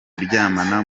kuryama